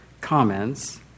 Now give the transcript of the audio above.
comments